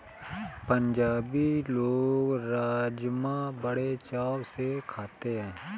पंजाबी लोग राज़मा बड़े चाव से खाते हैं